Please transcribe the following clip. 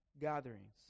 gatherings